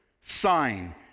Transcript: sign